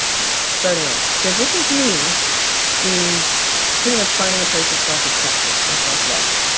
damn starting over. transition to me means pretty much finding a place of self-acceptance and self love.